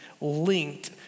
linked